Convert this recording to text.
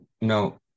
no